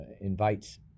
invites